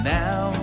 now